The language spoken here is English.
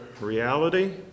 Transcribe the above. reality